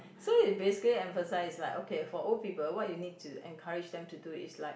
so you basically emphasise like okay for old people what you need to encourage them to do is like